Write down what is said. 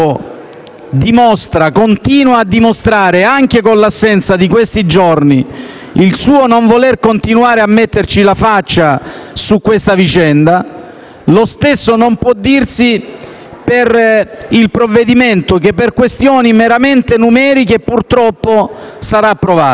continua a dimostrare, anche con l'assenza di questi giorni, il suo non voler continuare a metterci la faccia su questa vicenda, lo stesso non può dirsi per il provvedimento che per questioni meramente numeriche purtroppo sarà comunque